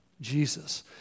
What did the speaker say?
Jesus